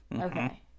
Okay